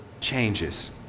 changes